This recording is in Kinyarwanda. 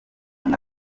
nka